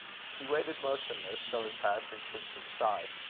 she waited motionless, till his passion should subside,